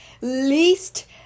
least